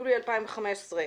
יולי 2015,